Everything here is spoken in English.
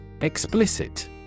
Explicit